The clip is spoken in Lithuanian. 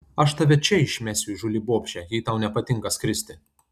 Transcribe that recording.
aš tave čia išmesiu įžūli bobše jei tau nepatinka skristi